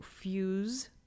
fuse